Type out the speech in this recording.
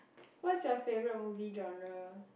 what's your favourite movie genre